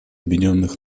объединенных